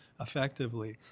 effectively